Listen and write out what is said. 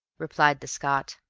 replied the scot.